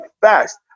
fast